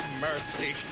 mercy.